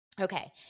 Okay